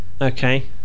Okay